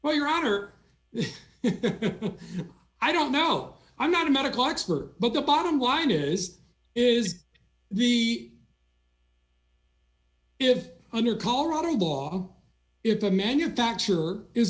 well your honor i don't know i'm not a medical expert but the bottom line is is the if under colorado law if a manufacturer is